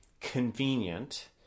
convenient